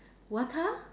water